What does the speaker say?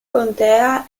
contea